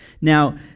Now